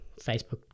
Facebook